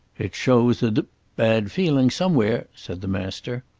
it shows a d bad feeling somewhere, said the master.